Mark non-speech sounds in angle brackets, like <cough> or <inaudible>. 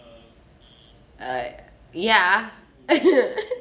err ya <laughs>